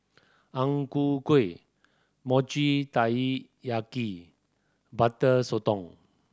Ang Ku Kueh Mochi Taiyaki Butter Sotong